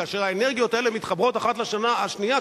כאשר האנרגיות האלה מתחברות אחת לשנייה,